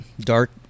Dark